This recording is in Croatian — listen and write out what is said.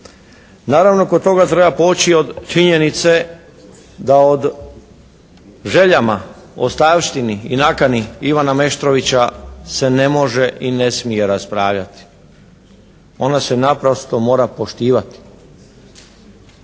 Naravno kod toga treba poći od činjenice da od željama ostavštini i nakani Ivana Meštrovića se ne može i ne smije raspravljati. Ona se naprosto mora poštivati.